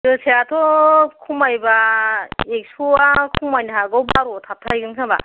जोसायाथ' खमायबा एख्स'आ खमायनो हागौ बार'आव थाबथाहैगोन खोमा